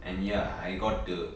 and ya I got to